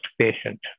patient